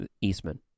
Eastman